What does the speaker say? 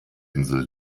insel